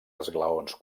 esglaons